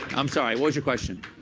i'm sorry. what was your question?